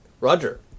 Roger